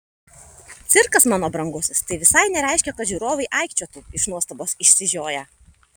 cirkas mano brangusis tai visai nereiškia kad žiūrovai aikčiotų iš nuostabos išsižioję